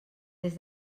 des